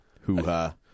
hoo-ha